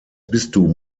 bistum